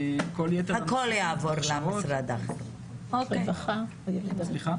כל יתר המשרדים --- הכול יעבור למשרד החינוך.